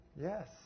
Yes